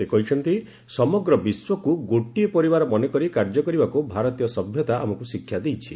ସେ କହିଛନ୍ତି ସମଗ୍ର ବିଶ୍ୱକୁ ଗୋଟିଏ ପରିବାର ମନେକରି କାର୍ଯ୍ୟ କରିବାକୁ ଭାରତୀୟ ସଭ୍ୟତା ଆମକୁ ଶିକ୍ଷା ଦେଇଛି